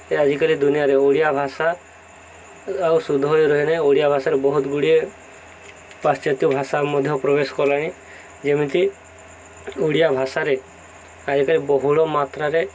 ଏ ଆଜିକାଲି ଦୁନିଆରେ ଓଡ଼ିଆ ଭାଷା ଆଉ ଶୁଦ୍ଧ ହୋଇ ରୁହେ ନାହିଁ ଓଡ଼ିଆ ଭାଷାରେ ବହୁତ ଗୁଡ଼ିଏ ପାଶ୍ଚାତ୍ୟ ଭାଷା ମଧ୍ୟ ପ୍ରବେଶ କଲାଣି ଯେମିତି ଓଡ଼ିଆ ଭାଷାରେ ଆଜିକାଲି ବହୁଳ ମାତ୍ରାରେ